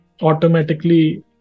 automatically